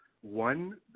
one